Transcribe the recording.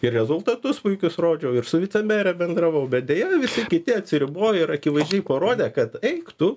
ir rezultatus puikius rodžiau ir su vicemere bendravau bet deja visi kiti atsiribojo ir akivaizdžiai parodė kad eik tu